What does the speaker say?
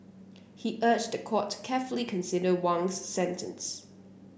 he urged the court to carefully consider Wang's sentence